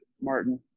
Martin